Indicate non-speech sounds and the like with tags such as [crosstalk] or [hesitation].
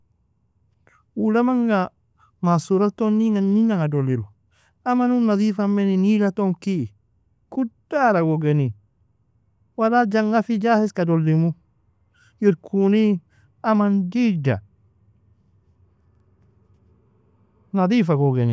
Uu le amanga masural ton [hesitation] ninanga dolilu, aman uon nadhifa meni niila ton ki, kudara gon geni, wala jangafi jaheska dolimu irikuni aman digda nadhifa gon geni.